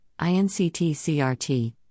INCT-CRT